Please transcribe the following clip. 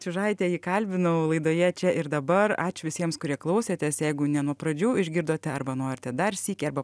čiužaitė jį kalbinau laidoje čia ir dabar ačiū visiems kurie klausėtės jeigu ne nuo pradžių išgirdote arba norite dar sykį arba